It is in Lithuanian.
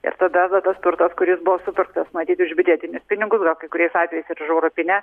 ir tada tas turtas kuris buvo supirktas matyt už biudžetinius pinigus gal kai kuriais atvejais iruž europinę